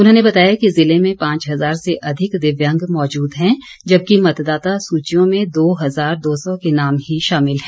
उन्होंने बताया कि जिले में पांच हजार से अधिक दिव्यांग मौजूद है जबकि मतदाता सूचियों में दो हजार दो सौ के नाम ही शामिल है